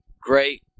great